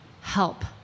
help